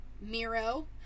Miro